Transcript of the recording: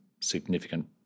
significant